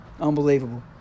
Unbelievable